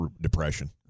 depression